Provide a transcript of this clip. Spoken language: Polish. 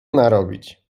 narobić